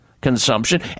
consumption